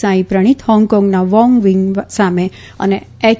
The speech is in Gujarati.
સાંઇ પ્રણીત હોંગકોંગના વોંગ વીંગ સામે અને એય